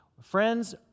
Friends